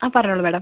ആ പറഞ്ഞോളൂ മാഡം